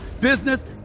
business